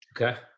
Okay